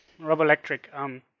Robolectric